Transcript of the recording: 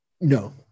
no